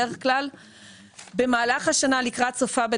בדרך כלל; במהלך השנה או לקראת סופה,